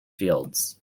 fields